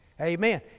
Amen